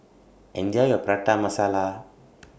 Enjoy your Prata Masala